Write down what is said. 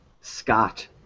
Scott